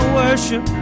worship